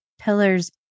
pillars